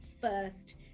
first